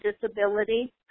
disability